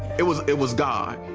it was it was god.